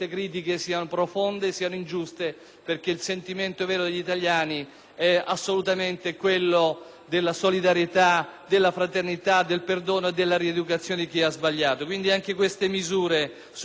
italiani è quello della solidarietà, della fraternità, del perdono e della rieducazione di chi ha sbagliato. Quindi, anche queste misure sull'edilizia carceraria sono misure che noi adottiamo e approviamo.